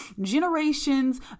generations